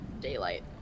daylight